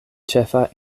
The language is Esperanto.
ĉefa